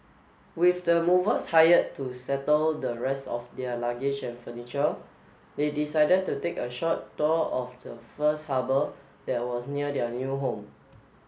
with the movers hired to settle the rest of their luggage and furniture they decided to take a short tour of the first harbour that was near their new home